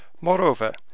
Moreover